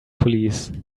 police